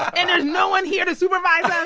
and there's no one here to supervise us?